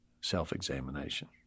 self-examination